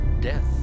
Death